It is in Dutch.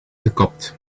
gekapt